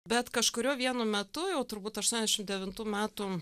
bet kažkuriuo vienu metu jau turbūt aštuoniasdešim devintų metų